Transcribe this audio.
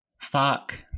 fuck